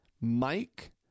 Mike